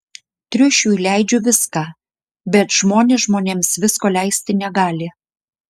triušiui leidžiu viską bet žmonės žmonėms visko leisti negali